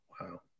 Wow